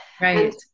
Right